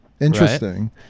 interesting